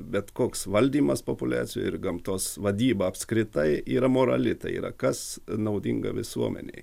bet koks valdymas populiacijų ir gamtos vadyba apskritai yra morali tai yra kas naudinga visuomenei